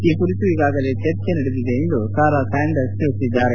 ಈ ಕುರಿತು ಈಗಾಗಲೇ ಚರ್ಚೆ ನಡೆದಿದೆ ಎಂದು ಸಾರಾ ಸ್ಯಾಂಡರ್ಸ್ ತಿಳಿಸಿದ್ದಾರೆ